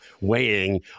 weighing